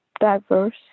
diverse